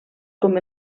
com